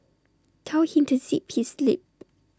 tell him to zip his lip